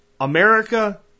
America